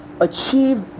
Achieve